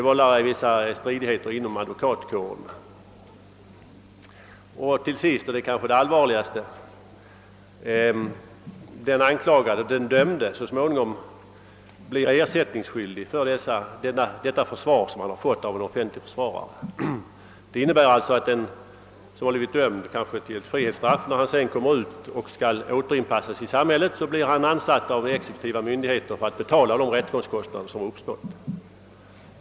Till sist vill jag framhålla, vilket kanske är det allvarligaste felet med det nuvarande systemet, att den anklagade och så småningom dömde blir ersättningsskyldig för det försvar han fått av en offentlig försvarare. Det innebär alltså att den som blivit dömd, kanske till ett frihetsstraff, när han kommer ut och skall återinpassas i samhället blir ansatt av exekutiva myndigheter för att betala de rättegångskostnader som uppstått.